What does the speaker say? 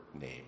name